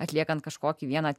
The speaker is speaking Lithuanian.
atliekant kažkokį vieną